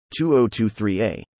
2023a